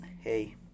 hey